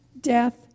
death